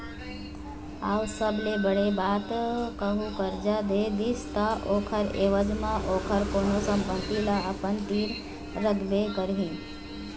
अऊ सबले बड़े बात कहूँ करजा दे दिस ता ओखर ऐवज म ओखर कोनो संपत्ति ल अपन तीर रखबे करही